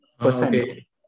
Okay